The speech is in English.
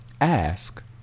Ask